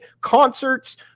concerts